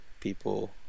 people